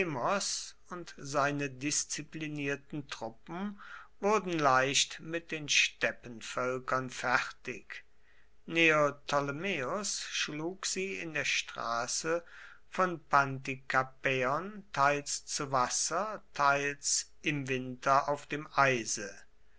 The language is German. und seine disziplinierten truppen wurden leicht mit den steppenvölkern fertig neoptolemos schlug sie in der straße von pantikapäon teils zu wasser teils im winter auf dem eise